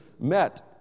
met